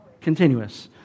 Continuous